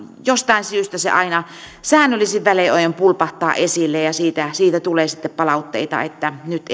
jostain syystä se aina säännöllisin väliajoin pulpahtaa esille ja siitä siitä tulee sitten palautteita että nyt